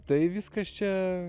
tai viskas čia